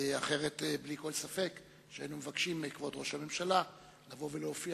אחרת בלי כל ספק היינו מבקשים מכבוד ראש הממשלה לבוא ולהופיע